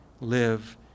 live